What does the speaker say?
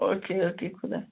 او کے okay خدا